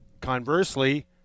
Conversely